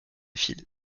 fil